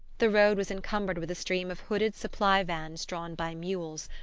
the road was encumbered with a stream of hooded supply vans drawn by mules,